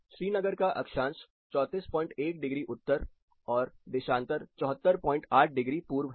श्रीनगर का अक्षांश 341 डिग्री उत्तर और देशांतर 748 डिग्री पूर्व है